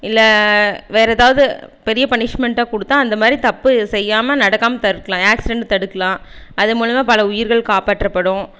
இல்லை வேறு எதாவது பெரிய பனிஷ்மென்ட்டாக கொடுத்தா அந்த மாரி தப்பு செய்யாமல் நடக்காமல் தடுக்கலாம் ஆக்சிடென்ட் தடுக்கலாம் அதன்மூலமாக பல உயிர்கள் காப்பாற்றப்படும்